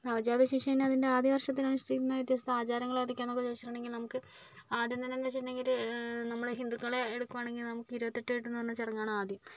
നവജാതശിശുവിന് അതിൻ്റെ ആദ്യ വർഷത്തിൽ അനുഷ്ഠിക്കുന്ന വ്യത്യസ്ത ആചാരങ്ങൾ ഏതൊക്കെയാണെന്നൊക്കെ ചോദിച്ചിട്ടുണ്ടെങ്കിൽ നമുക്ക് ആദ്യം തന്നെയെന്ന് വെച്ചിട്ടുണ്ടെങ്കിൽ നമ്മൾ ഹിന്ദുക്കളെ എടുക്കുകയാണെങ്കിൽ നമുക്ക് ഇരുപത്തെട്ട് കേട്ടെന്ന് പറഞ്ഞ ചടങ്ങാണ് ആദ്യം